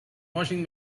washing